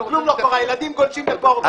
כלום לא קורה, הילדים גולשים לפורנו.